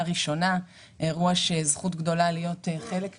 ראשונה - אירוע שזכות גדולה להיות חלק ממנו.